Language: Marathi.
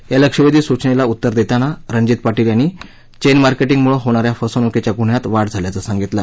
या लक्षवेधी सूचनेला उत्तर देताना रणजित पाटील यांनी चेन मार्केटिंकमुळे होणाऱ्या फसवणुकीच्या गुन्ह्यात वाढ झाल्याचं सांगितलं